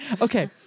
Okay